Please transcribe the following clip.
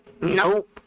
Nope